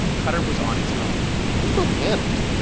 qatar was on its own people panicked.